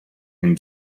can